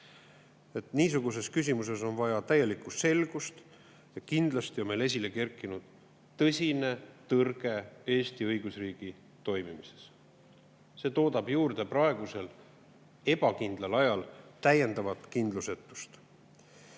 Niisuguses küsimuses on vaja täielikku selgust ja kindlasti on meil esile kerkinud tõsine tõrge Eesti õigusriigi toimimises. See toodab praegusel ebakindlal ajal juurde täiendavat kindlusetust. Teine